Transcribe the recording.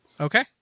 Okay